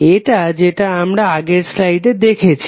এটা যেটা আমরা আগের স্লাইডে দেখেছি